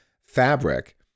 fabric